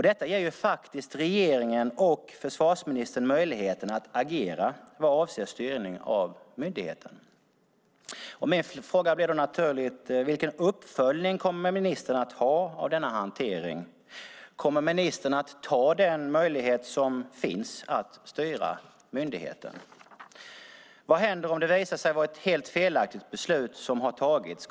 Detta ger faktiskt regeringen och försvarsministern möjligheten att agera vad avser styrning av myndigheten. Min fråga blir då naturligt: Vilken uppföljning kommer ministern att ha av denna hantering? Kommer ministern att ta den möjlighet som finns att styra myndigheten? Vad händer om det visar sig att det beslut som tagits är helt felaktigt?